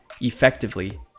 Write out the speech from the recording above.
effectively